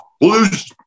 blues